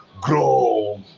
grow